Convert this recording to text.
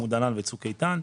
עמוד ענן וצוק איתן.